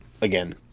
again